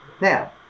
Now